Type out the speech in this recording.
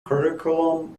curriculum